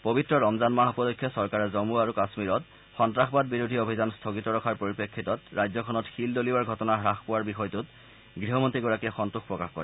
পৱিত্ৰ ৰমজান মাহ উপলক্ষে চৰকাৰে জম্মু আৰু কামীৰত সন্তাসবাদ বিৰোধী অভিযান স্থগিত ৰখাৰ পৰিপ্ৰেক্ষিতত ৰাজ্যখনত শিল দলিওৱাৰ ঘটনা হ্যাস পোৱাৰ বিষয়টোত গৃহমন্ত্ৰীগৰাকীয়ে সন্তোষ প্ৰকাশ কৰে